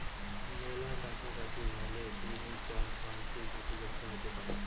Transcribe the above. মেলা কাছাকাছি হলে কুমির চাষে মানাসি ক্ষতিগ্রস্ত হতে পারে